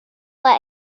let